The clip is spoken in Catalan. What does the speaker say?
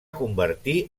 convertir